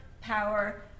power